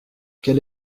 quel